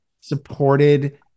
Supported